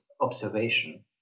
observation